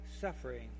suffering